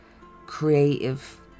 creative